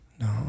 No